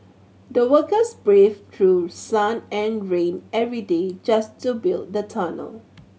the workers braved through sun and rain every day just to build the tunnel